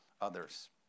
others